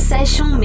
Session